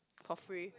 for free